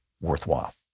worthwhile